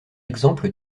exemple